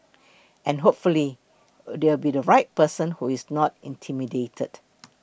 and hopefully there will be the right person who is not intimidated